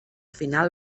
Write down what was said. final